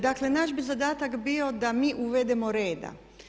Dakle, naš bi zadatak bio da mi uvedemo reda.